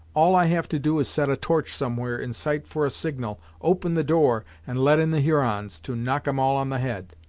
all i have to do is set a torch somewhere in sight for a signal, open the door, and let in the hurons, to knock em all on the head.